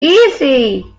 easy